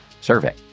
survey